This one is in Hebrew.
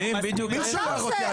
בדיוק להפך.